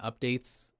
updates